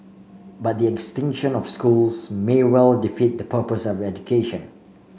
but the extinction of schools may well defeat the purpose of education